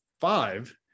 five